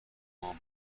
بابام